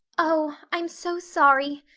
oh, i'm so sorry,